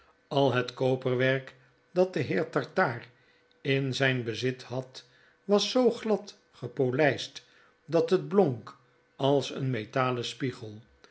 al het koperwerk dat de heer tartaar in zijn bezit had was zoo glad gepolijst dat het blonk als een metalen spiegel